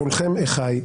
כולכם אחיי,